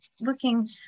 looking